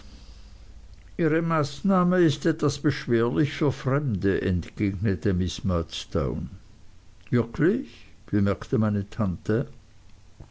ihre maßnahme ist etwas beschwerlich für fremde entgegnete miß murdstone wirklich bemerkte meine tante